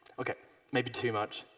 okay maybe too much.